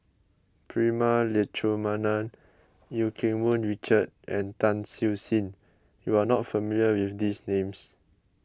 Prema Letchumanan Eu Keng Mun Richard and Tan Siew Sin you are not familiar with these names